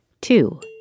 Two